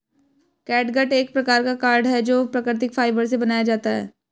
catgut एक प्रकार का कॉर्ड है जो प्राकृतिक फाइबर से बनाया जाता है